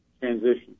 transition